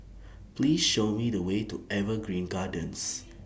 Please Show Me The Way to Evergreen Gardens